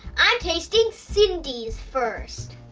i'm tasting cindy's first.